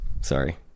Sorry